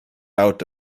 out